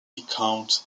account